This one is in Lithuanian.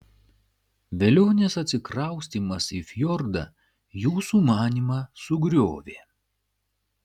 velionės atsikraustymas į fjordą jų sumanymą sugriovė